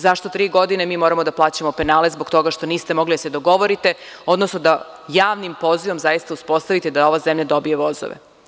Zašto tri godine mi moramo da plaćamo penale zbog toga što niste mogli da se dogovorite, odnosno da javnim pozivom zaista uspostavite da ova zemlja dobije vozove.